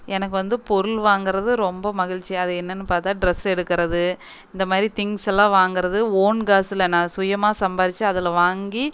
எனக்கு வந்து பொருள் வாங்குறது ரொம்ப மகிழ்ச்சி அது என்னென்னு பார்த்தா ட்ரெஸ் எடுக்கிறது இந்தமாதிரி திங்க்ஸெல்லாம் வாங்குறது ஓன் காசில் நான் சுயமாக சம்பாரித்து அதில் வாங்கி